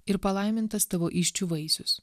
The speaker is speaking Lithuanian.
ir palaimintas tavo įsčių vaisius